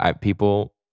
people